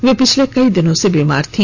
वे पिछले कई दिनों से बीमार थी